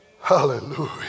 hallelujah